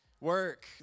work